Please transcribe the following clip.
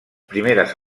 primeres